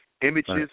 images